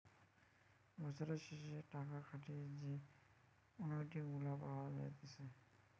বছরের শেষে টাকা খাটিয়ে যে অনুইটি গুলা পাওয়া যাইতেছে